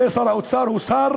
הרי שר האוצר הוא שר